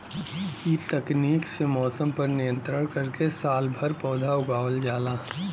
इ तकनीक से मौसम पर नियंत्रण करके सालभर पौधा उगावल जाला